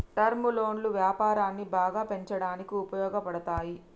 term లోన్లు వ్యాపారాన్ని బాగా పెంచడానికి ఉపయోగపడతాయి